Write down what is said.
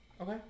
Okay